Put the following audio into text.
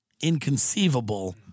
inconceivable